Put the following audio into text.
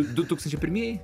du tūkstančiai pirmieji